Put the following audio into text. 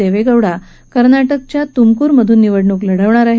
देवेगौडा कर्नाटकच्या तुमकूर ध्रून निवडणूक लढणार आहेत